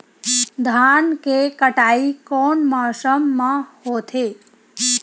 धान के कटाई कोन मौसम मा होथे?